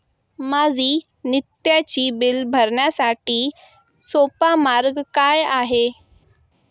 माझी नित्याची बिले भरण्यासाठी सोपा मार्ग काय आहे?